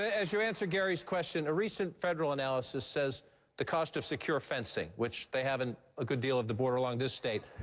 ah as you answer gary's question, a recent federal analysis says the cost of secure fencing, which they have and a good deal of the border along this state,